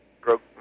broke